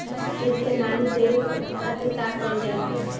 खेत के नामी देवे खातिर का कइल जाला?